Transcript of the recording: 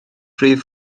rhif